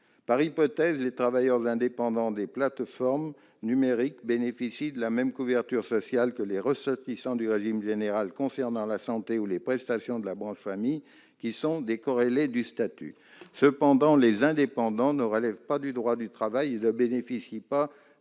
Par hypothèse, les travailleurs indépendants des plateformes numériques bénéficient de la même couverture sociale que les ressortissants du régime général pour ce qui est de la santé et des prestations de la branche famille, décorrélées du statut. Toutefois, les indépendants ne relèvent pas du droit du travail et ne bénéficient pas